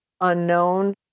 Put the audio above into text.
unknown